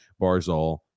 Barzal